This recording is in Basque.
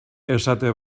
esate